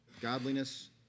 Godliness